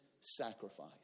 sacrifice